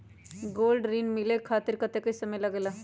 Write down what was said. Gold ऋण मिले खातीर कतेइक समय लगेला?